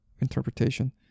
interpretation